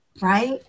Right